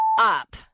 up